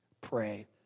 pray